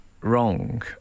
wrong